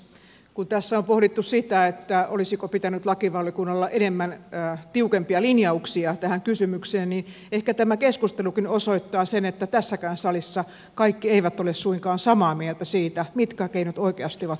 kun tässä on pohdittu sitä olisiko pitänyt lakivaliokunnalla olla enemmän tiukempia linjauksia tähän kysymykseen niin ehkä tämä keskustelukin osoittaa sen että tässäkään salissa kaikki eivät ole suinkaan samaa mieltä siitä mitkä keinot oikeasti ovat vaikuttavia